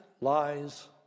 lies